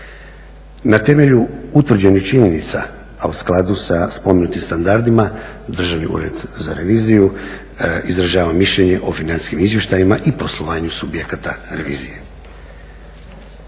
Na temelju utvrđenih činjenica, a u skladu sa spomenutim standardima, Državni ured za reviziju izražava mišljenje o financijskim izvještajima i poslovanju subjekata revizije.